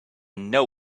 know